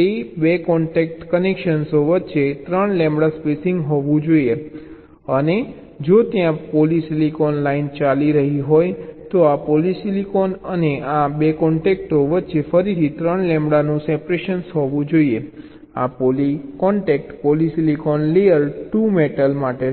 2 contact કનેક્શનો વચ્ચે 3 lambda spacing હોવું જોઈએ અને જો ત્યાં પોલિસીલિકોન લાઇન ચાલી રહી હોય તો આ પોલિસીલિકોન અને આ કોન્ટેકો વચ્ચે ફરીથી 3 લેમ્બડા સેપરેશન હોવું જોઈએ આ poly contact polysilicon layer to metal માટે છે